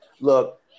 look